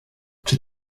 czy